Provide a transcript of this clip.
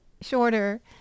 shorter